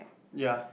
ya